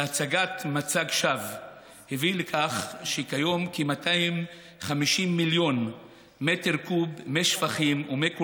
והצגת מצג שווא הביאה לכך שכיום כ-250 מיליון קוב מי שפכים ומי קולחים,